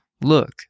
Look